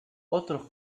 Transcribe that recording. otros